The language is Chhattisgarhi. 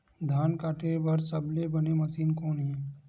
धान काटे बार सबले बने मशीन कोन हे?